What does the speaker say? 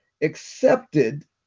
accepted